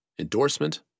endorsement